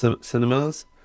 Cinemas